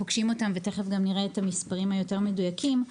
תכף גם נראה את המספרים היותר מדויקים,